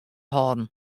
hâlden